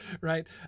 right